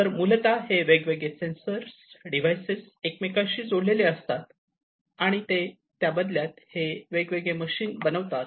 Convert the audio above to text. तर मूलतः हे वेगवेगळे सेंसर डिव्हाइसेस एकमेकांशी जोडलेले असतात आणि ते मोबदल्यात हे वेगळे मशीन बनवतात